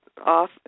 off